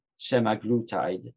semaglutide